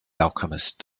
alchemist